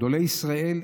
גדולי ישראל,